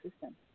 system